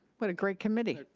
what a great committee.